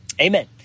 Amen